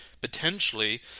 potentially